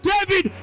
David